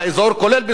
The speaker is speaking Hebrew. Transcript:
כולל בסוריה,